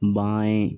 बाएं